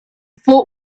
thought